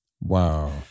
wow